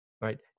right